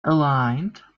aligned